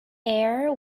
air